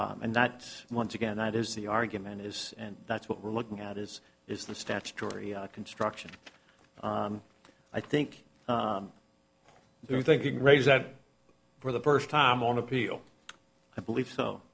and that's once again that is the argument is and that's what we're looking at is is the statutory construction i think your thinking raise that for the first time on appeal i believe so